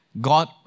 God